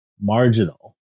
marginal